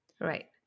Right